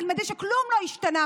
תלמדי שכלום לא השתנה,